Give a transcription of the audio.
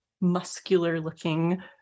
muscular-looking